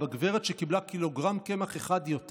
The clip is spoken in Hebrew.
בגברת שקיבלה קילוגרם קמח יותר,